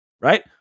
right